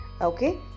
okay